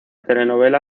telenovela